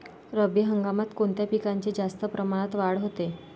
रब्बी हंगामात कोणत्या पिकांची जास्त प्रमाणात वाढ होते?